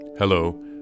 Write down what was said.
Hello